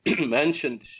mentioned